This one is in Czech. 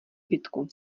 bitku